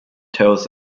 tells